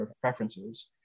preferences